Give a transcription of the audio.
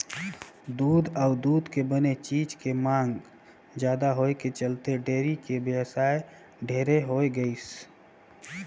दूद अउ दूद के बने चीज के मांग जादा होए के चलते डेयरी के बेवसाय ढेरे होय गइसे